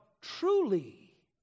truly